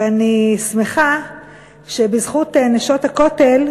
ואני שמחה שבזכות "נשות הכותל"